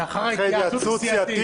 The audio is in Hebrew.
לאחר התייעצות הסיעתית.